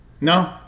no